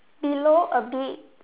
below a bit